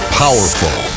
powerful